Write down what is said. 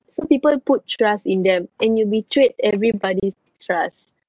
some people puts trust in them and you betrayed everybody's trust